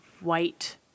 white